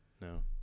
no